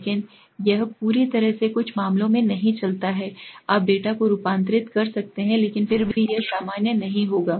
लेकिन यह पूरी तरह से कुछ मामलों में नहीं चलता है आप डेटा को रूपांतरित कर सकते हैं लेकिन फिर भी यह सामान्य नहीं होगा